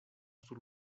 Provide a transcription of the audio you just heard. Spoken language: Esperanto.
sur